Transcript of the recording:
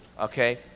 okay